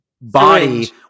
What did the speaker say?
body